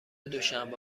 دوشنبه